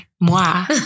moi